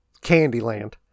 Candyland